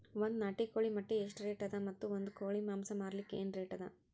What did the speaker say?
ಒಂದ್ ನಾಟಿ ಕೋಳಿ ಮೊಟ್ಟೆ ಎಷ್ಟ ರೇಟ್ ಅದ ಮತ್ತು ಒಂದ್ ಕೋಳಿ ಮಾಂಸ ಮಾರಲಿಕ ಏನ ರೇಟ್ ಅದ?